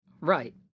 Right